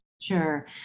Sure